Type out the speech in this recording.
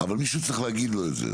אבל, מישהו צריך להגיד לו את זה.